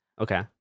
Okay